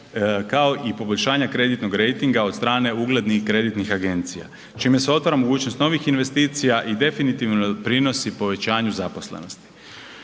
kao i poboljšanja kreditnog rejtinga od strane uglednih kreditnih agencija čime se otvara mogućnost novih investicija i definitivno doprinosi povećanju zaposlenosti.